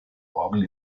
orgel